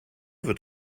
wird